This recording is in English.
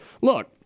look